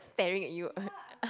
staring at you